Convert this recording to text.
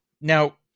Now